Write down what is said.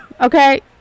Okay